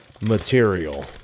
material